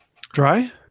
Dry